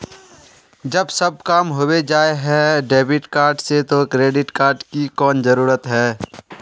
जब सब काम होबे जाय है डेबिट कार्ड से तो क्रेडिट कार्ड की कोन जरूरत है?